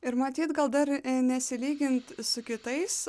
ir matyt gal dar nesilygint su kitais